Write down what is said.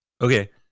Okay